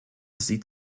sieht